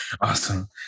Awesome